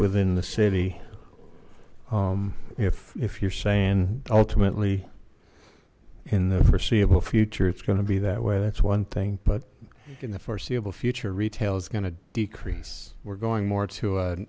within the city if if you're saying ultimately in the foreseeable future it's going to be that way that's one thing but in the foreseeable future retail is going to decrease we're going more to